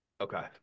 okay